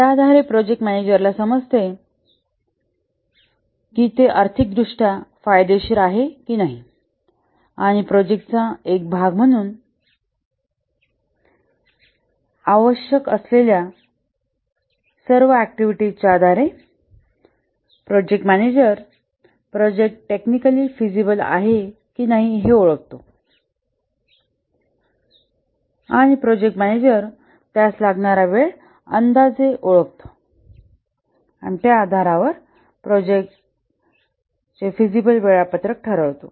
त्या आधारे प्रोजेक्ट मॅनेजरला हे समजते कि ते आर्थिकदृष्ट्या फायदेशीर आहे की नाही आणि प्रोजेक्टचा एक भाग म्हणून आवश्यक असलेल्या ऍक्टिव्हिटीजच्या आधारे प्रोजेक्ट मॅनेजर टेक्निकली फिजिबल आहे की नाही हे ओळखतो आणि प्रोजेक्ट मॅनेजर त्यास लागणारा वेळ अंदाजे ओळखतो आणि त्या आधारावर फिजिबल वेळापत्रक ठरवतो